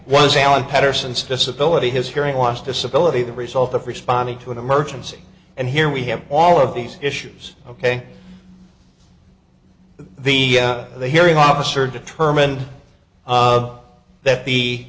is alan patterson's disability his hearing loss disability the result of responding to an emergency and here we have all of these issues ok the hearing officer determined of that be